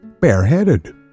bareheaded